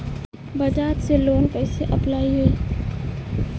बजाज से लोन कईसे अप्लाई होई?